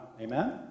amen